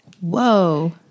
Whoa